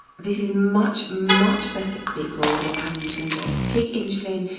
this is much, much better for people than having to inject pig insulin.